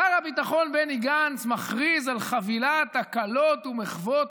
שר הביטחון בני גנץ מכריז על חבילת הקלות ומחוות